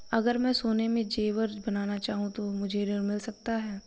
अगर मैं सोने के ज़ेवर बनाना चाहूं तो मुझे ऋण मिल सकता है?